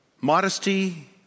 Modesty